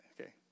Okay